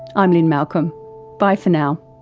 i'm lynne malcolm bye for now.